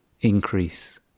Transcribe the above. increase